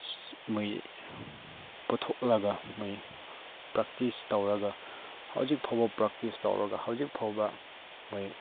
ꯃꯣꯏ ꯄꯨꯊꯣꯛꯂꯒ ꯃꯣꯏ ꯄ꯭ꯔꯦꯛꯇꯤꯁ ꯇꯧꯔꯒ ꯍꯧꯖꯤꯛꯐꯥꯎꯕ ꯄ꯭ꯔꯦꯇꯤꯁ ꯇꯧꯔꯒ ꯍꯧꯖꯤꯛꯐꯥꯎꯕ ꯃꯣꯏ